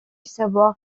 savoir